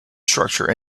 structure